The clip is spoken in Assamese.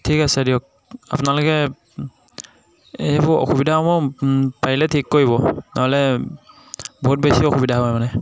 ঠিক আছে দিয়ক আপোনালোকে এইবোৰ অসুবিধাসমূহ পাৰিলে ঠিক কৰিব নহ'লে বহুত বেছি অসুবিধা হয় মানে